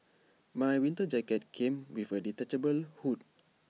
my winter jacket came with A detachable hood